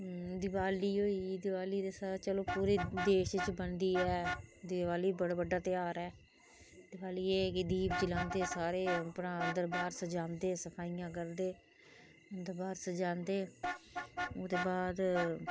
दिपाली होई गेई दिवाली ते चलो पूरे देश च बनदी ऐ दिवाली बडा़ बड्डा ध्यार ऐ दिवाली च ऐ है कि दीप जलांदेसारे अपना अंदर बाहर सजांदे सफाइयां करदे अंदर बाहर सजांदे ओहदे बाद